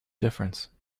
difference